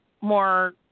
more